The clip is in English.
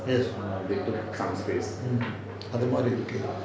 err they took some space